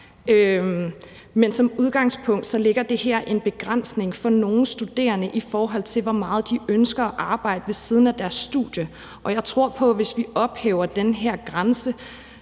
Men som udgangspunkt lægger det her en begrænsning på nogle studerende, i forhold til hvor meget de ønsker at arbejde ved siden af deres studie. Jeg tror på, at hvis vi ophæver den her grænse,